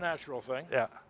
natural thing yeah